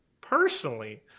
personally